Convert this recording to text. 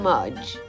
Mudge